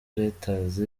reuters